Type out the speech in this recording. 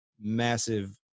massive